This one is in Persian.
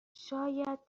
شاید